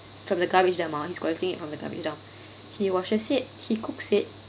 from the garbage dump ah he's collecting it from the garbage dump he washes it he cooks it